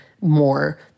more